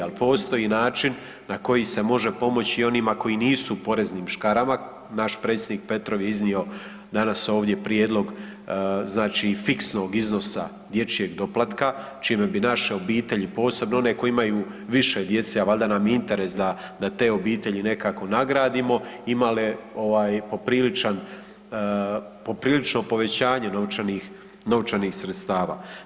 Ali postoji način na koji se može pomoći onima koji nisu u poreznim škarama, naš predsjednik Petrov je iznio danas ovdje prijedlog fiksnog iznosa dječjeg doplatka čime bi naše obitelji posebno one koji imaju više djece, a valjda nam je interes da te obitelji nekako nagradimo imale poprilično povećanje novčanih sredstava.